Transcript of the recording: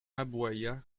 aboya